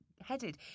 headed